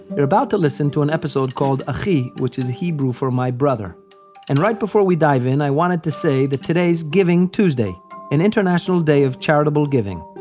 you're about to listen to an episode called ah achi, which is hebrew for my brother and right before we dive in, i wanted say that today's giving tuesday an international day of charitable giving.